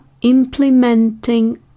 implementing